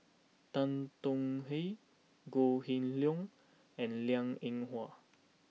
Tan Tong Hye Goh Kheng Long and Liang Eng Hwa